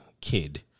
Kid